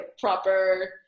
proper